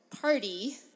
party